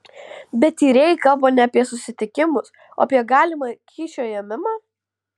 bet tyrėjai kalba ne apie susitikimus o apie galimą kyšio ėmimą